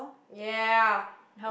yeah